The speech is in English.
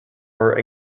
are